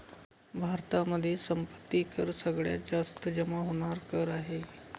भारतामध्ये संपत्ती कर सगळ्यात जास्त जमा होणार कर आहे